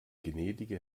gnädige